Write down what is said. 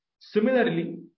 Similarly